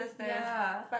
ya